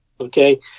okay